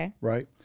right